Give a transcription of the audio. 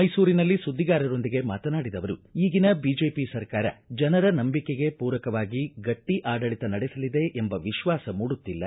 ಮೈಸೂರಿನಲ್ಲಿ ಸುದ್ದಿಗಾರರೊಂದಿಗೆ ಮಾತನಾಡಿದ ಅವರು ಈಗಿನ ಬಿಜೆಪಿ ಸರ್ಕಾರ ಜನರ ನಂಬಿಕೆಗೆ ಮೂರಕವಾಗಿ ಗಟ್ಟಿ ಆಡಳಿತ ನಡೆಸಲಿದೆ ಎಂಬ ವಿಶ್ವಾಸ ಮೂಡುತ್ತಿಲ್ಲ